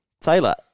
Taylor